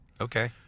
Okay